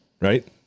right